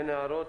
אין הערות.